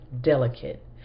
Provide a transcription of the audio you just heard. delicate